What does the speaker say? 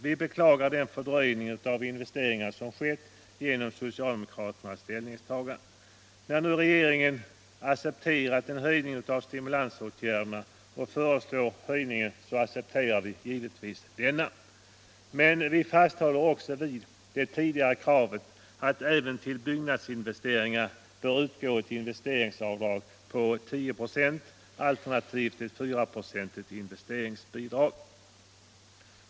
Vi beklagar den fördröjning av investeringar som skett genom socialdemokraternas ställningstagande. När nu regeringen accepterat en ökning av stimulansåtgärderna och föreslår detta accepterar vi givetvis det. Men vi vidhåller också det tidigare kravet att det även för byggnadsinvesteringar bör utgå ett investeringsavdrag på 10 96, alternativt ett 4-procentigt investeringsbidrag.